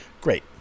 Great